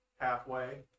halfway